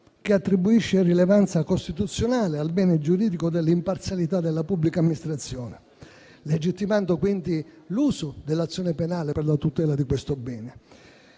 che attribuisce rilevanza costituzionale al bene giuridico dell'imparzialità della pubblica amministrazione, legittimando quindi l'uso dell'azione penale per la tutela di questo bene.